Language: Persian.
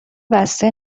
بسته